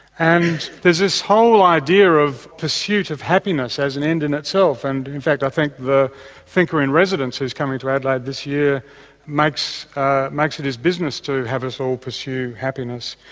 and there's this whole idea of pursuit of happiness as an end in itself and in fact i think the thinker in residence is coming to adelaide this year and makes it his business to have us all pursue happiness.